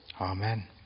Amen